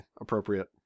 appropriate